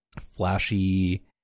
flashy